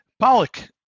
Pollock